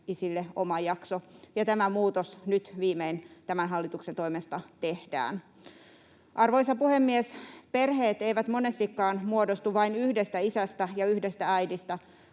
isille oma jakso, ja tämä muutos nyt viimein tämän hallituksen toimesta tehdään. Arvoisa puhemies! Perheet eivät monestikaan muodostu vain yhdestä isästä ja yhdestä äidistä.